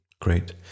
great